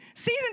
Season